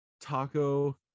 taco